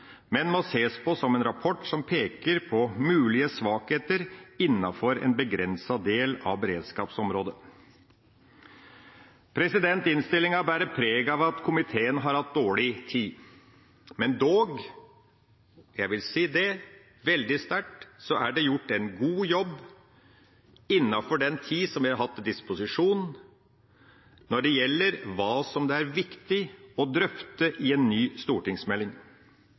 men må ses på som en rapport som peker på mulige svakheter innenfor en begrenset del av beredskapsområdet. Innstillinga bærer preg av at komiteen har hatt dårlig tid, men dog – jeg vil si det veldig sterkt – er det gjort en god jobb innenfor den tid som vi har hatt til disposisjon når det gjelder hva som er viktig å drøfte i en ny stortingsmelding.